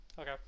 Okay